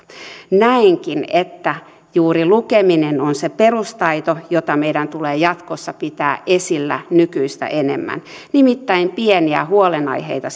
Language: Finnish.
näenkin että juuri lukeminen on se perustaito jota meidän tulee jatkossa pitää esillä nykyistä enemmän nimittäin pieniä huolenaiheita